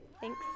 thanks